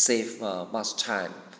save err much time